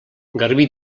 garbí